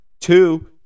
Two